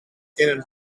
een